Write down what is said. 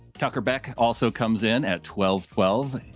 talk, her back also comes in at twelve, twelve.